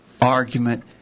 argument